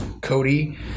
Cody